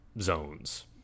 zones